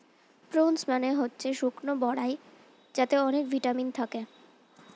prunes মানে হচ্ছে শুকনো বরাই যাতে অনেক ভিটামিন থাকে